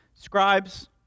Scribes